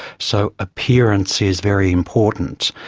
so appearance is very important,